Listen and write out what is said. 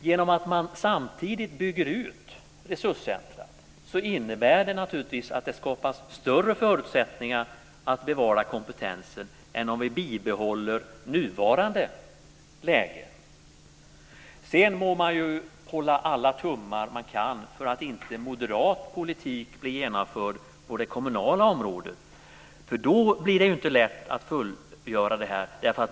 Genom att samtidigt bygga ut resurscentret skapas naturligtvis större förutsättningar för att bevara kompetensen jämfört med om vi bibehåller nuvarande läge. Sedan må man hålla alla tummar man kan för att moderat politik inte blir genomförd på det kommunala området, för då blir det inte lätt att fullgöra det här.